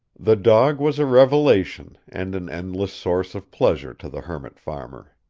the dog was a revelation and an endless source of pleasure to the hermit-farmer.